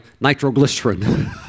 nitroglycerin